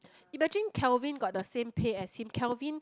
imagine Kelvin got the same pay as him Kelvin